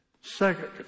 Second